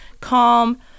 calm